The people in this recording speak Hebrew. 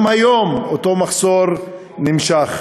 גם היום אותו מחסור נמשך.